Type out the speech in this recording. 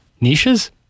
Niches